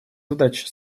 задач